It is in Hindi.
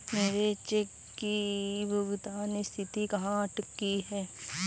मेरे चेक की भुगतान स्थिति कहाँ अटकी है?